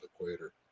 equator